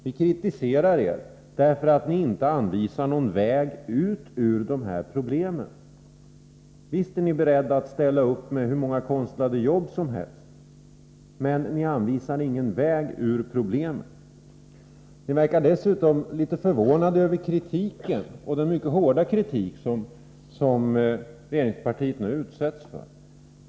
Vi kritiserar er därför att ni inte anvisar någon väg ut ur de här problemen. Visst är ni beredda att ställa upp med hur många konstlade jobb som helst, men ni anvisar ingen väg ut ur problemen. Ni verkar dessutom litet förvånade över den mycket hårda kritik som regeringspartiet nu utsätts för.